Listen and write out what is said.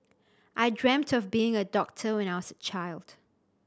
I dreamt of being a doctor when I was a child